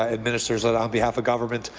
administers it on behalf of government.